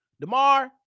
Damar